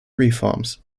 reforms